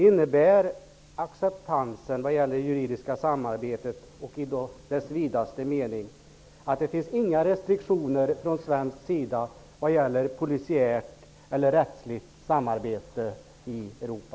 Innebär acceptansen i det juridiska samarbetet i dessa vidaste mening att det inte finns några restriktioner från svensk sida när det gäller det polisiära eller det rättsliga samarbetet i Europa?